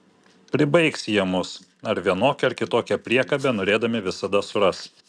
pribaigs jie mus ar vienokią ar kitokią priekabę norėdami visada suras